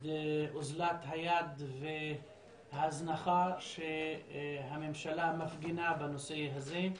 אוזלת היד וההזנחה שהממשלה מפגינה בנושא הזה.